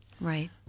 Right